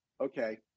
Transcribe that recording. Okay